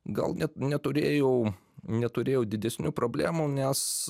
gal net neturėjau neturėjau didesnių problemų nes